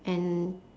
and